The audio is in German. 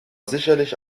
sicherlich